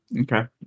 Okay